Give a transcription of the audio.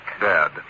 Dad